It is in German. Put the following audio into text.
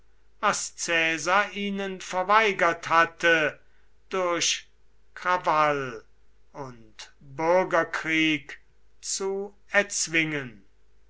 ihnen verweigert hatte durch krawall und bürgerkrieg zu erzwingen